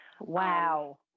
Wow